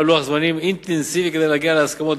לוח זמנים אינטנסיבי כדי להגיע להסכמות.